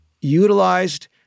utilized